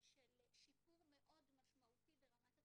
של שיפור מאוד משמעותי ברמת התחזוקה.